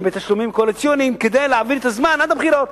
בתשלומים קואליציוניים כדי להעביר את הזמן עד הבחירות.